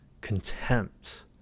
contempt